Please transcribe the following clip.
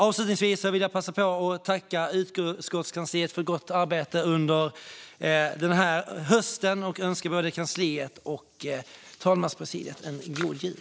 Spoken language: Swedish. Avslutningsvis vill jag passa på att tacka utskottskansliet för gott arbete under hösten och önska både kansliet och talmanspresidiet en god jul.